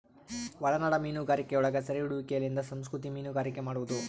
ಒಳನಾಡ ಮೀನುಗಾರಿಕೆಯೊಳಗ ಸೆರೆಹಿಡಿಯುವಿಕೆಲಿಂದ ಸಂಸ್ಕೃತಿಕ ಮೀನುಗಾರಿಕೆ ಮಾಡುವದು